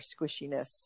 squishiness